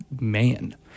man